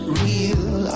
real